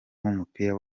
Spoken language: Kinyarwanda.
w’umupira